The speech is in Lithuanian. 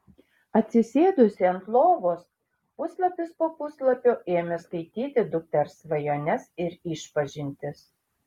atsisėdusi ant lovos puslapis po puslapio ėmė skaityti dukters svajones ir išpažintis